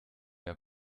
mehr